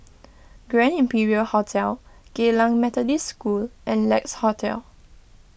Grand Imperial Hotel Geylang Methodist School and Lex Hotel